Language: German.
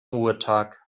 ruhetag